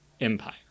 empire